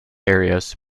areas